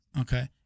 Okay